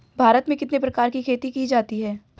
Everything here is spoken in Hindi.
भारत में कितने प्रकार की खेती की जाती हैं?